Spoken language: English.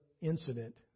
incident